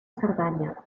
cerdanya